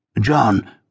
John